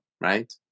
right